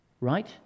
right